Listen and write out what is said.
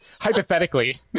Hypothetically